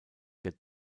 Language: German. der